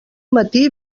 matí